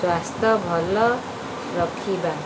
ସ୍ୱାସ୍ଥ୍ୟ ଭଲ ରଖିବା